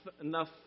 enough